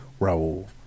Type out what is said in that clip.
raul